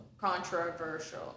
Controversial